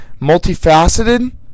multifaceted